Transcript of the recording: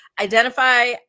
identify